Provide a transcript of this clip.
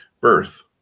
birth